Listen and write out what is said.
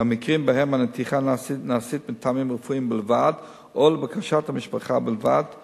והמקרים שבהם הנתיחה נעשית מטעמים רפואיים בלבד או לבקשת המשפחה בלבד הם